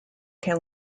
can